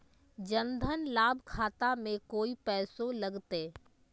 जन धन लाभ खाता में कोइ पैसों लगते?